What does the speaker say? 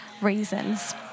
reasons